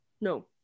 No